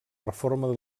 reforma